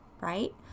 right